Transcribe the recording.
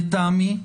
לטעמי,